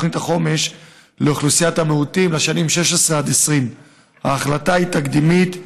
תוכנית החומש לאוכלוסיות המיעוטים לשנים 2016 2020. ההחלטה היא תקדימית,